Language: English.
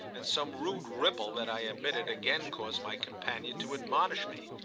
and some rude ripple that i emitted again caused my companion to admonish me.